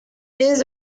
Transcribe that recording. his